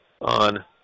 on